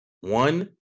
one